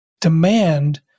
demand